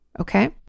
Okay